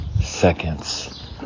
seconds